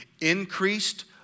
increased